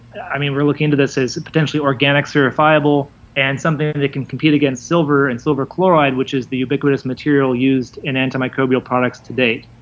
i mean, we are looking into this as potentially organic certifiable and something that can compete against silver and silver chloride, which is the ubiquitous material used in antimicrobial products to date.